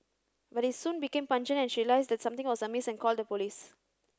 but it soon became pungent and she realised that something was amiss and called the police